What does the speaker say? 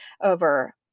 over